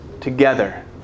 together